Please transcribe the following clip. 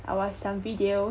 I watch some videos